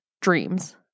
dreams